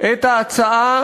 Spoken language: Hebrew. את ההצעה